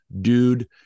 dude